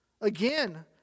again